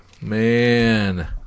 Man